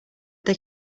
they